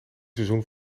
seizoen